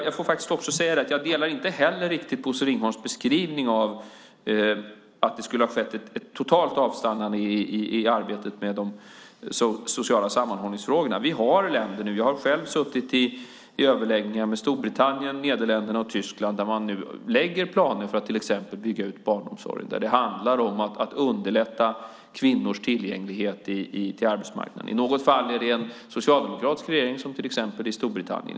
Jag delar inte heller riktigt Bosse Ringholms beskrivning av att det skulle ha skett ett totalt avstannande i arbetet med de sociala sammanhållningsfrågorna. Jag har själv suttit i överläggningar med Storbritannien, Nederländerna och Tyskland där man nu lägger fram planer för att till exempel bygga ut barnomsorgen. Det handlar om att underlätta kvinnors tillgänglighet på arbetsmarknaden. I något fall är det en socialdemokratisk regering, som i Storbritannien.